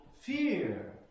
fear